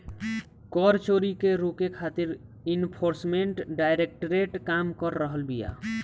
कर चोरी के रोके खातिर एनफोर्समेंट डायरेक्टरेट काम कर रहल बिया